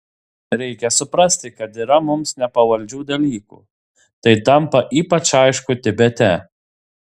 reikia suprasti kad yra mums nepavaldžių dalykų tai tampa ypač aišku tibete